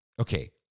okay